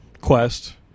quest